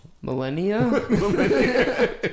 Millennia